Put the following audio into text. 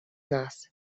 нас